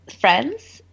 friends